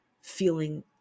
feeling